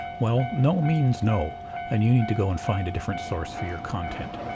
well, no means no and you need to go and find a different source for your content.